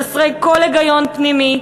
חסרי כל היגיון פנימי,